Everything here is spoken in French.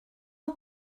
aux